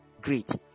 Great